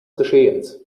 geschehens